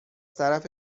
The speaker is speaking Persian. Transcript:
طرف